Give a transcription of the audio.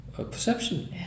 perception